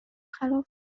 خلاف